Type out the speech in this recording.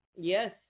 Yes